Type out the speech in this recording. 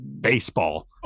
baseball